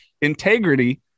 integrity